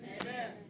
Amen